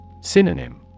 Synonym